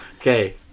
Okay